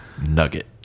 nugget